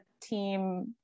team